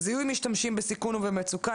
זיהוי משתמשים בסיכון ובמצוקה,